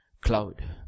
cloud